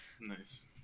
Nice